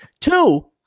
Two